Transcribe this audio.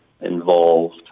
involved